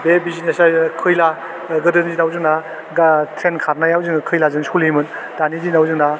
बे बिजनेस जायो खैला गोदोनि दिनाव जोंना ट्रेन खारनायाव जोङो खैलाजों सलियोमोन दानि दिनाव जोंना